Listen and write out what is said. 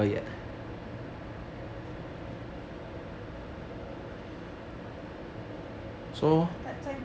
再再